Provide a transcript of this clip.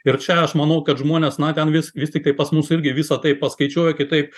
ir čia aš manau kad žmonės na vis vistiktai pas mus irgi visa tai paskaičiuoja kitaip